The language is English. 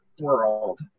world